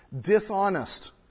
dishonest